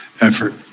effort